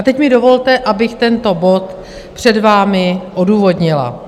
Teď mi dovolte, abych tento bod před vámi odůvodnila.